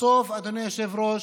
בסוף, אדוני היושב-ראש,